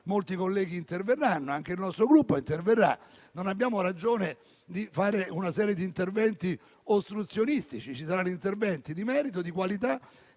Molti colleghi interverranno, anche il nostro Gruppo interverrà. Non abbiamo ragione di fare una serie di interventi ostruzionistici. Ci saranno interventi di merito di qualità